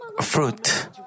fruit